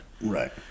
Right